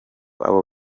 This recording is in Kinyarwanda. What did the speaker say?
abo